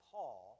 Paul